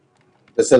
זה.